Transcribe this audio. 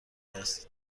است